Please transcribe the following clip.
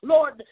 Lord